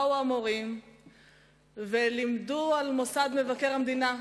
באו המורים ולימדו על מוסד מבקר המדינה,